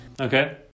Okay